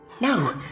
No